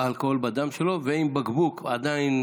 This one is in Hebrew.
האלכוהול הן פי עשרה בדם שלו, ועם בקבוק עדיין